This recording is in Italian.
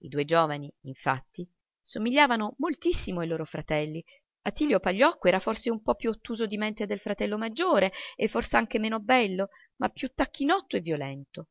i due giovani in fatti somigliavano moltissimo ai loro fratelli attillo pagliocco era forse un po più ottuso di mente del fratello maggiore e fors'anche men bello ma più tacchinotto e violento